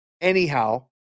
Anyhow